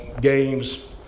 games